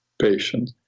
patient